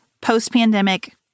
post-pandemic